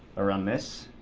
run this